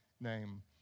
name